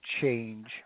change